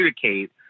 communicate